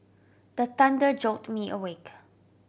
the thunder jolt me awake